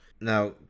Now